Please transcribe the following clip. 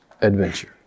adventure